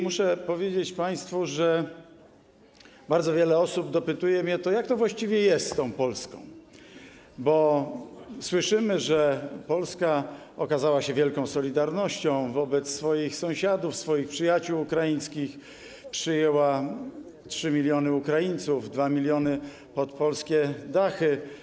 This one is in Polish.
Muszę powiedzieć państwu, że bardzo wiele osób dopytuje mnie o to, jak to właściwie jest z tą Polską, bo słyszymy, że Polska wykazała się wielką solidarnością wobec swoich sąsiadów, swoich przyjaciół ukraińskich, przyjęła 3 mln, 2 mln Ukraińców pod polskie dachy.